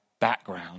background